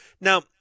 Now